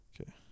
Okay